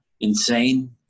insane